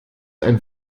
ein